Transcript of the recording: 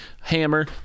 hammer